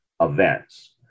events